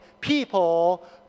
people